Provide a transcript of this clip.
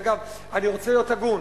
אגב, אני רוצה להיות הגון: